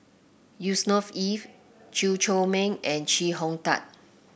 Yusnor Ef Chew Chor Meng and Chee Hong Tat